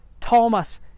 Thomas